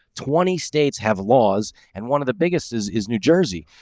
twenty states have laws, and one of the biggest is is new jersey.